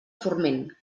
forment